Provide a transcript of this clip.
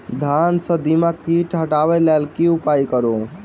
धान सँ दीमक कीट हटाबै लेल केँ उपाय करु?